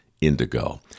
indigo